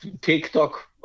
TikTok